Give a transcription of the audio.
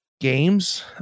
Games